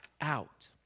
out